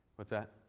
what's that?